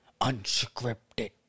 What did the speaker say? unscripted